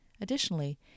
Additionally